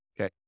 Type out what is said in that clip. okay